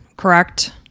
correct